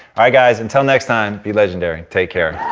ah guys. until next time, be legendary. take care.